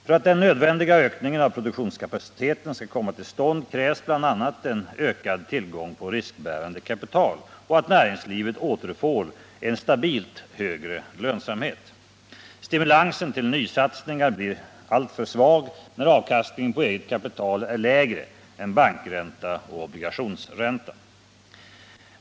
För att den nödvändiga ökningen av produktionskapaciteten skall komma till stånd krävs bl.a. en ökad tillgång på riskbärande kapital och att näringslivet återfår en stabilt högre lönsamhet. Stimulansen till nysatsningar blir alltför svag, när avkastningen på eget kapital är lägre än bankränta och obligationsränta.